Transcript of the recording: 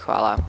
Hvala.